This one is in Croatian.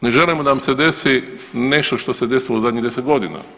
Ne želimo da nam se desi nešto što se desilo u zadnjih 10 godina.